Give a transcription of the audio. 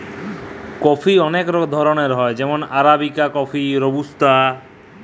coffee কয়েক ধরলের হ্যয় যেমল আরাবিকা কফি, রবুস্তা